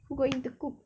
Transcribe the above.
who going to cook